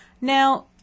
now